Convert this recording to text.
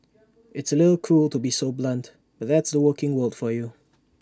it's A little cruel to be so blunt but that's the working world for you